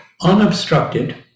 unobstructed